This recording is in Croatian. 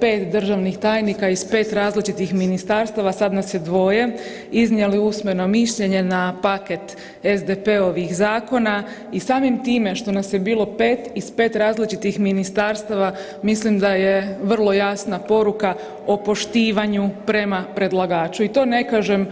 5 državnih tajnika iz 5 različitih ministarstava, sad nas je dvoje iznijeli usmeno mišljenje na paket SDP-ovih zakona i samim time što nas je bilo 5 iz 5 različitih ministarstava, mislim da je vrlo jasna poruka o poštivanju prema predlagaču i to ne kažem